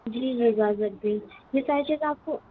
جی یہ ساری چیزیں آپ کو